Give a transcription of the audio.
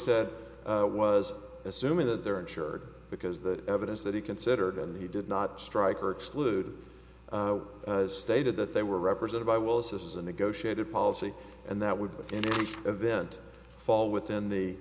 said was assuming that they're insured because the evidence that he considered and he did not strike or exclude stated that they were represented by well this is a negotiated policy and that would in any event fall within the